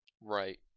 right